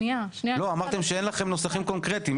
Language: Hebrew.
אמרת שאין לכם נוסחים קונקרטיים,